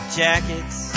jackets